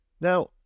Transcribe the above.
Now